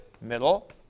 middle